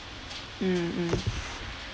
mm mm